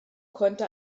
konnte